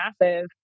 massive